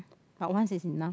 but once is enough